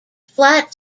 flat